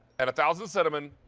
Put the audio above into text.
and thousand cinnamon.